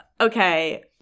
Okay